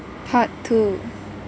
part two